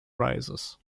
rises